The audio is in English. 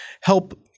help